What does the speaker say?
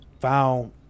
found